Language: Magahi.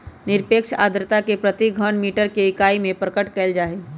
निरपेक्ष आर्द्रता के प्रति घन मीटर के इकाई में प्रकट कइल जाहई